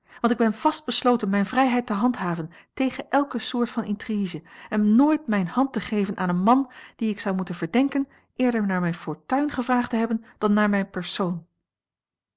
want ik ben vast besloten mijne vrijheid te handhaven tegen elke soort van intrige en nooit mijne hand te geven aan een man dien ik zou moeten verdenken eerder naar mijne fortuin gevraagd te hebben dan naar mijn persoon